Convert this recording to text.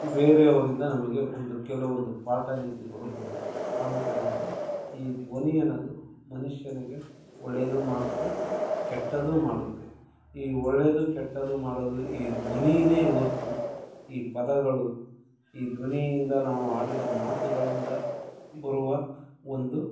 ಬೇರೆಯವರಿಂದ ನಮಗೆ ಒಂದು ಕೆಲವೊಂದು ಪಾಠ ನೀತಿಗಳು ಬರುತ್ತೆ ಆದುದರಿಂದ ಈ ಧ್ವನಿ ಅನ್ನೋದು ಮನುಷ್ಯನಿಗೆ ಒಳ್ಳೆಯದು ಮಾಡುತ್ತೆ ಕೆಟ್ಟದ್ದು ಮಾಡುತ್ತೆ ಈ ಒಳ್ಳೆಯದು ಕೆಟ್ಟದ್ದು ಮಾಡೋದು ಈ ಧ್ವನಿಯೇ ಹೊರ್ತು ಈ ಪದಗಳು ಈ ಧ್ವನಿಯಿಂದ ನಾವು ಆಡಿದ ಮಾತುಗಳಿಂದ ಬರುವ ಒಂದು